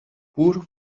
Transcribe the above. poor